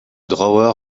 drawer